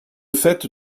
fête